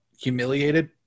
humiliated